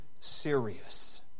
serious